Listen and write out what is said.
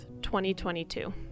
2022